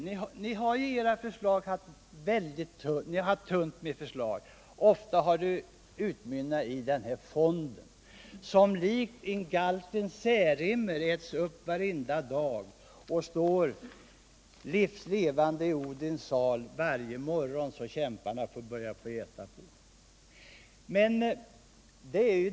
Förslagen är tunna och ofta har det hela utmynnat i förslaget om den här strukturfonden, som likt galten Särimner äts upp varenda dag för att varje påföljande morgon stå livs levande i Odins sal, så att kämparna kan börja älta på nytt.